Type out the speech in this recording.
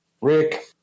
Rick